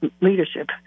leadership